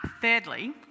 thirdly